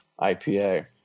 IPA